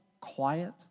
quiet